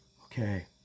Okay